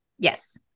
yes